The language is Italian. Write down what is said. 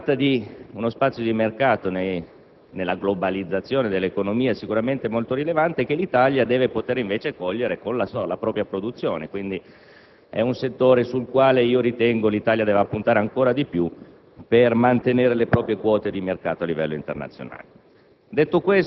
Quindi, si tratta di uno spazio di mercato nella globalizzazione dell'economia sicuramente molto rilevante, che l'Italia deve poter, invece, cogliere con la sola propria produzione. Quindi, è un settore sul quale ritengo che l'Italia debba puntare ancora di più per mantenere le proprie quote di mercato a livello internazionale.